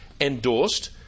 endorsed